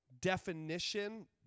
definition